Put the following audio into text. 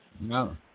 No